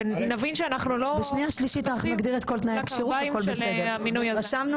שנבין שאנחנו לא נכנסים לקרביים של המינוי הזה.